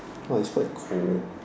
oh it's quite cold